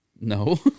No